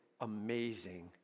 amazing